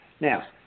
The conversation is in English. now